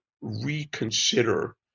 reconsider